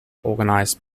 organized